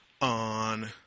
on